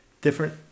different